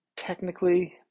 technically